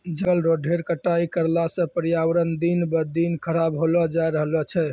जंगल रो ढेर कटाई करला सॅ पर्यावरण दिन ब दिन खराब होलो जाय रहलो छै